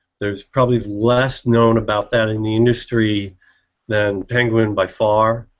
there's probably less known about that in the industry than penguin by far.